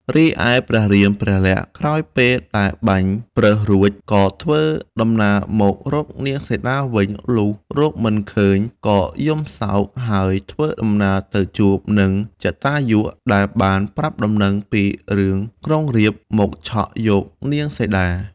រីឯព្រះរាមព្រះលក្សណ៍ក្រោយពេល ដែលបាញ់ប្រើសរួច ក៏ធ្វើដំណើរមករកនាងសីតាវិញ លុះរកមិនឃើញក៏យំសោក ហើយធ្វើដំណើរទៅជួបនឹងជតាយុ ដែលបានប្រាប់ដំណឹងពីរឿងក្រុងរាពណ៍ មកឆក់យកនាងសីតា។